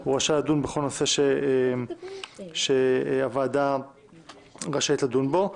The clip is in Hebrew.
הוא רשאי לדון בכל נושא שהוועדה רשאית לדון בו,